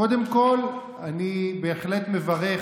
קודם כול, אני בהחלט מברך.